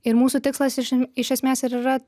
ir mūsų tikslas iš iš esmės ir yra